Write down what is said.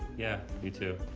yeah, you too.